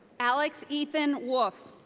alex ethan wolfe.